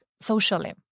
socially